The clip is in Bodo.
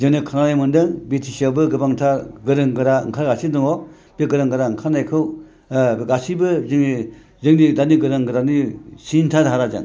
जों खोनानो मोन्दों बिटिसिआवबो गोबांथार गोरों गोरा ओंखारगासिनो दङ बे गोदान गोदान ओंखारनायखौ गासिबो जे जोंनि दानि गोदान गोदाननि सिन्था धाराजों